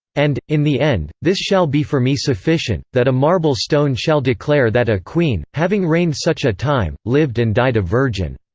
and, in the end, this shall be for me sufficient, that a marble stone shall declare that a queen, having reigned such a time, lived and died a virgin.